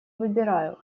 выбираю